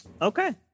Okay